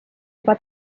juba